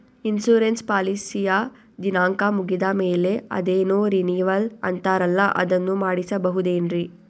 Insurance ಪಾಲಿಸಿಯ ದಿನಾಂಕ ಮುಗಿದ ಮೇಲೆ ಅದೇನೋ ರಿನೀವಲ್ ಅಂತಾರಲ್ಲ ಅದನ್ನು ಮಾಡಿಸಬಹುದೇನ್ರಿ?